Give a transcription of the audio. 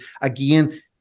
Again